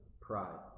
prize